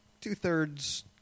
two-thirds